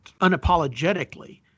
unapologetically